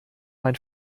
mein